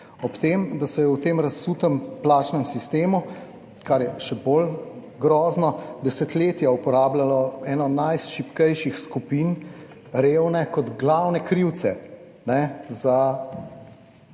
Ob tem, da se je v tem razsutem plačnem sistemu, kar je še bolj grozno, desetletja uporabljalo eno najšibkejših skupin, revne kot glavne krivce za